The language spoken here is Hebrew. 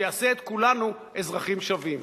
שיעשה את כולנו אזרחים שווים.